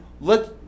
Let